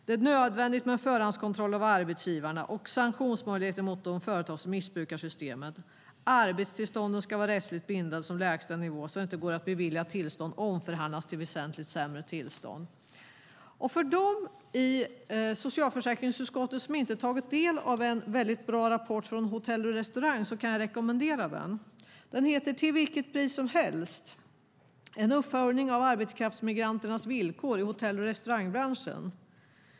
Det är nödvändigt med förhandskontroll av arbetsgivarna och sanktionsmöjligheter mot de företag som missbrukar systemet. Arbetstillstånden ska vara rättsligt bindande med lägsta nivå så att det inte går att få ett tillstånd beviljat och sedan omförhandla till väsentligt sämre villkor. För dem i socialförsäkringsutskottet som inte tagit del av en väldigt bra rapport från Hotell och Restaurangfacket kan jag rekommendera den. Den heter Till vilket pris som helst - en uppföljning av arbetskraftsmigranternas villkor i hotell och restaurangbranschen .